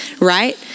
right